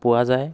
পোৱা যায়